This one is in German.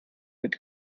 mit